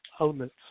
outlets